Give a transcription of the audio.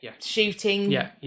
shooting